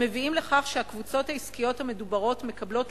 המביאים לכך שהקבוצות העסקיות המדוברות מקבלות